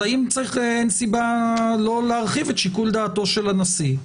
האם אין סיבה לא להרחיב את שיקול דעתו של הנשיא?